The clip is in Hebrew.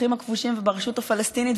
בשטחים הכבושים וברשות הפלסטינית,